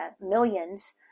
millions